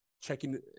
checking